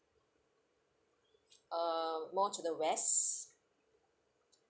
uh more to the west